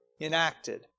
enacted